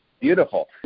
Beautiful